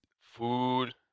Food